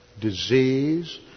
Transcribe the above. disease